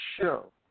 show